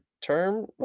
term